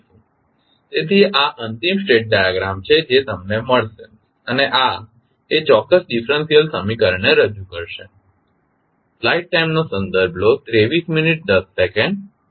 તેથી આ અંતિમ સ્ટેટ ડાયાગ્રામ છે જે તમને મળશે અને આ એ ચોક્ક્સ ડીફરન્સીયલ સમીકરણને રજુ કરશે